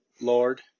Lord